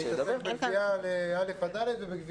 עם יציאה של ה' ו'.